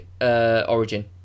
origin